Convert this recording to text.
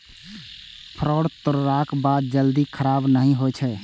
परोर तोड़लाक बाद जल्दी खराब नहि होइ छै